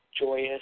joyous